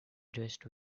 dressed